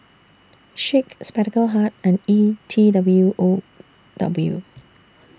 Schick Spectacle Hut and E T W O W